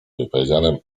wypowiedzianym